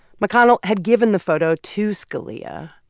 mcconnell had given the photo to scalia.